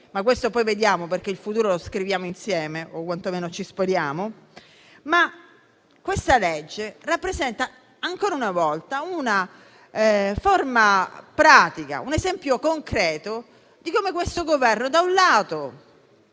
questo lo vedremo perché il futuro lo scriviamo insieme, o quantomeno ci speriamo. Il provvedimento in esame rappresenta, ancora una volta, una forma pratica e un esempio concreto di come questo Governo, da un lato,